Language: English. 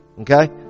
Okay